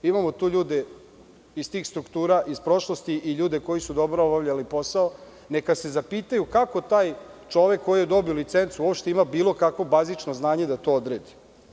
Imamo tu ljude iz tih struktura, iz prošlosti i ljude koji su dobro obavljali posao, neka se zapitaju - kako taj čovek koji je dobio licencu uopšte ima bilo kakvo bazično znanje da to odredi?